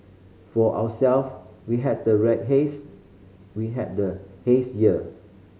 for ourself we had the haze year we had the haze year